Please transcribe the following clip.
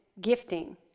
gifting